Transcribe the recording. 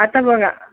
आता बघा